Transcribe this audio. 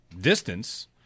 distance